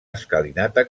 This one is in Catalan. escalinata